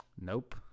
Nope